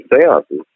seances